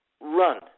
run